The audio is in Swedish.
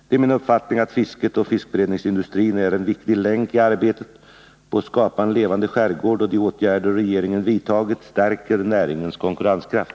Det är min uppfattning att fisket och fiskberedningsindustrin är en viktig länk i arbetet på att skapa en levande skärgård, och de åtgärder regeringen vidtagit stärker näringens konkurrenskraft.